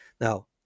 Now